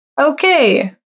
Okay